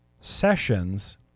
sessions